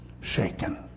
shaken